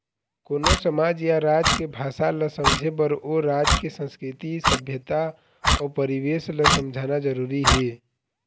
कोनो समाज या राज के भासा ल समझे बर ओ राज के संस्कृति, सभ्यता अउ परिवेस ल समझना जरुरी हे